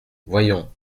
voyons